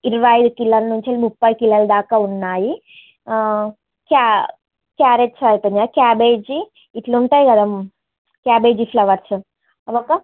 ఇరవై అయిదు కిలోల నుంచి ముప్ఫై కిలోల దాకా ఉన్నాయి క్యా క్యారెట్స్ అయిపోనాయి క్యాబేజీ ఇలా ఉంటాయి కదా క్యాబేజీ ఫ్లవర్స్ అవి ఒక